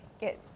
get